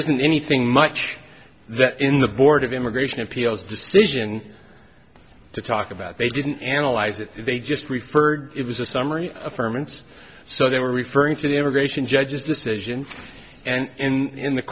isn't anything much that in the board of immigration appeals decision to talk about they didn't analyze it they just referred it was a summary affirm and so they were referring to the immigration judge's decision and in